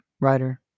writer